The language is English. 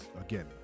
again